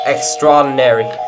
Extraordinary